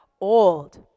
old